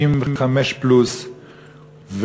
שהם בני 55 פלוס,